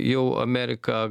jau amerika